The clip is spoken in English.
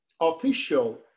official